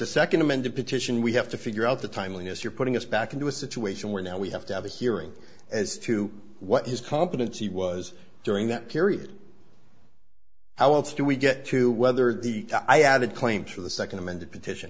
the second amended petition we have to figure out the timeliness you're putting us back into a situation where now we have to have a hearing as to what his competency was during that period how else do we get to whether the i added claims for the second amended petition